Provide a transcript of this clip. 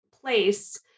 place